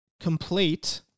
complete